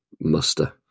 muster